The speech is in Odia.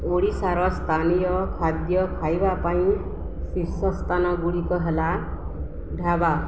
ଓଡ଼ିଶାର ସ୍ଥାନୀୟ ଖାଦ୍ୟ ଖାଇବା ପାଇଁ ଶୀର୍ଷ ସ୍ଥାନ ଗୁଡ଼ିକ ହେଲା ଢାବା